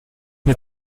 mir